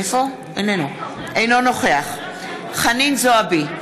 אינו נוכח חנין זועבי,